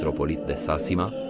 of sasima,